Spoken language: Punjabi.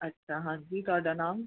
ਅੱਛਾ ਹਾਂਜੀ ਤੁਹਾਡਾ ਨਾਮ